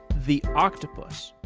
the octopus,